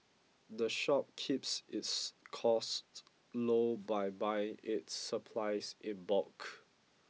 the shop keeps its costs low by buying its supplies in bulk